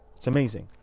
it's amazing.